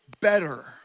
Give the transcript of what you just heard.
better